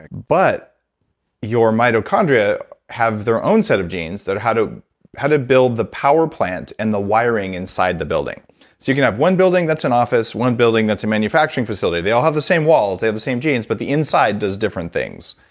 but your mitochondria have their own set of genes how to how to build the power plant and the wiring inside the building. so you can have one building that's an office, one building that's a manufacturing facility. they all have the same walls, they have the same genes, but the inside does different things.